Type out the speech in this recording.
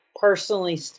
personally